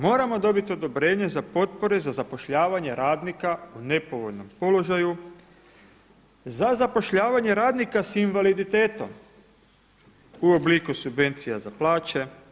Moramo dobiti odobrenje za potpore za zapošljavanje radnika u nepovoljnom položaju, za zapošljavanje radnika sa invaliditetom u obliku subvencija za plaće.